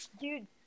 Dude